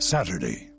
Saturday